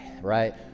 right